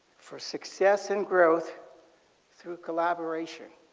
for success and growth through collaboration.